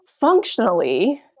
Functionally